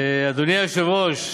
אדוני היושב-ראש,